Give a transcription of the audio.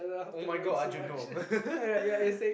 [oh]-my-god Arjun no